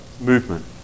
movement